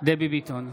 דבי ביטון,